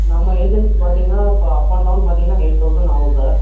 நம்ம ஏஜென்சி பார்த்தீங்கன்னா இப்போ அப் அண்ட் டவுன் பார்த்தீங்கன்னா எயிட் தௌசண்ட் ஆவும் சார்